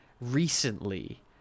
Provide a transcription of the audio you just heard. recently